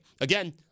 Again